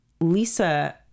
Lisa